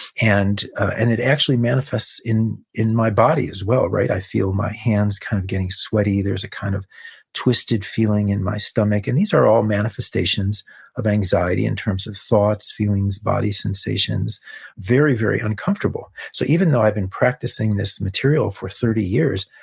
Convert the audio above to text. and and it actually manifests in in my body as well. i feel my hands kind of getting sweaty. there's a kind of twisted feeling in my stomach. and these are all manifestations of anxiety in terms of thoughts, feelings, body sensations very, very uncomfortable. so even though i'd been practicing this material for thirty years,